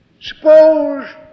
Suppose